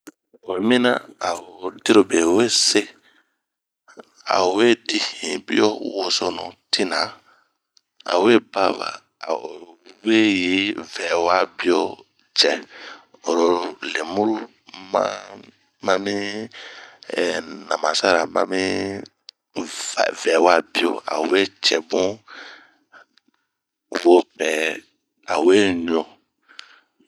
Oyi mina a odirobe wese, a owe di hinbio, wosonu, tina, a owe baba a owe yi vɛwa bio cɛ oro ehh lemuru ma mi namasara, ma mi vɛwa bio ao we cɛbun wobɛ, awe ɲu.